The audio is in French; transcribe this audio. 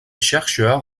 chercheur